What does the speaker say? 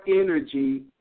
energy